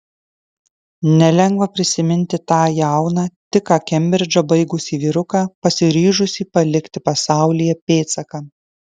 nelengva prisiminti tą jauną tik ką kembridžą baigusį vyruką pasiryžusį palikti pasaulyje pėdsaką